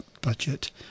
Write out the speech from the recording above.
budget